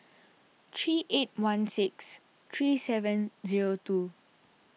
three eight one six three seven zero two